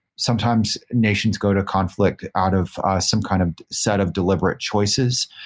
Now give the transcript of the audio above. sometimes nations go to conflict out of some kind of set of deliberate choices.